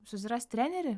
susirast trenerį